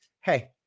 Hey